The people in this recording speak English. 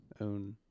own